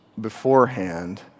beforehand